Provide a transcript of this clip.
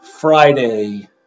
Friday